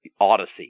odyssey